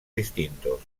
distintos